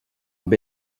amb